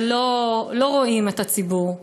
שלא רואים את הציבור.